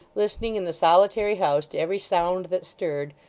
listening in the solitary house to every sound that stirred,